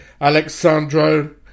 Alexandro